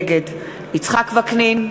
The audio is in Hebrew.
נגד יצחק וקנין,